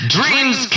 Dreams